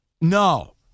No